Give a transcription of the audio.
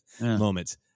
moments